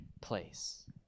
place